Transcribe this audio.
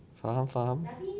faham faham